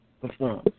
perform